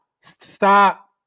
Stop